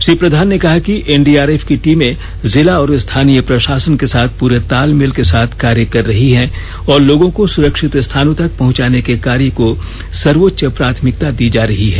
श्री प्रधान ने कहा कि एनडीआरएफ की टीमें जिला और स्थानीय प्रशासन के साथ पूरे तालमेल के साथ कार्य कर रही हैं और लोगों को सुरक्षित स्थानों तक पहुंचाने के कार्य को सर्वोच्च प्राथमिकता दी जा रही है